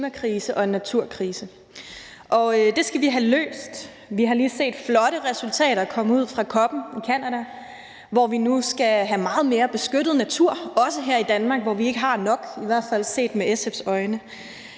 klimakrise og en naturkrise, og det skal vi have løst. Vi har lige set flotte resultater komme ud fra COP 15 i Canada, som betyder, at vi nu skal have meget mere beskyttet natur, også her i Danmark, hvor vi ikke har nok, i hvert fald set med SF's øjne.